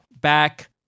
back